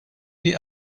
die